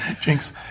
Jinx